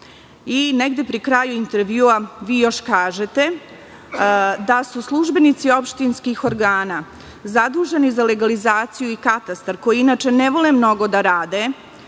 Negde pri kraju intervjua još kažete - službenici opštinskih organa zaduženi za legalizaciju i Katastar, koji inače ne vole mnogo da rade,